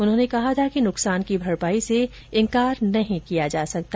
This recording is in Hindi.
उन्होंने कहा था कि नुकसान की भरपाई से इनकार नहीं किया जा सकता